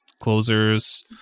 closers